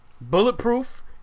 bulletproof